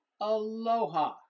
Aloha